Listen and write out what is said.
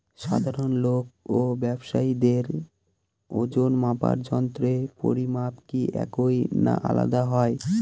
সাধারণ লোক ও ব্যাবসায়ীদের ওজনমাপার যন্ত্রের পরিমাপ কি একই না আলাদা হয়?